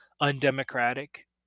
undemocratic